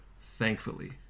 thankfully